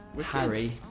Harry